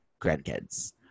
grandkids